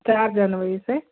चार जनवरी से